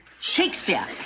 Shakespeare